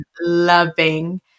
loving